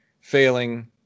failing